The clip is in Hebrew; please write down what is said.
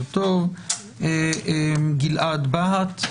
גלעד בהט,